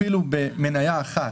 אפילו במניה אחת,